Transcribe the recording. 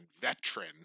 veteran